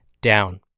down